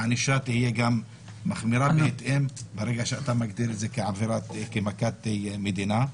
הענישה תהיה גם מחמירה בהתאם ברגע שאתה מגדיר כמכת מדינה.